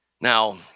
Now